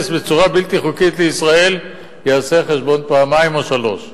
בצורה בלתי חוקית לישראל יעשה חשבון פעמיים או שלוש פעמים.